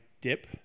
dip